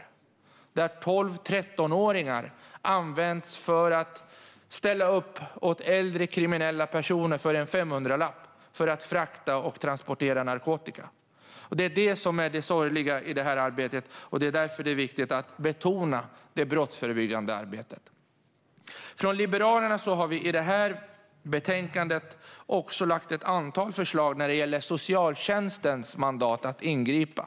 Det är 12 och 13-åringar som ställer upp för en 500-lapp och används för att transportera narkotika åt äldre kriminella personer. Det är det som är det sorgliga i det här arbetet, och det är därför det är viktigt att betona det brottsförebyggande arbetet. Från Liberalernas sida har vi i det här betänkandet också lagt fram ett antal förslag när det gäller socialtjänstens mandat att ingripa.